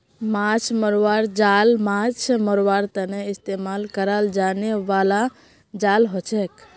माछ मरवार जाल माछ मरवार तने इस्तेमाल कराल जाने बाला जाल हछेक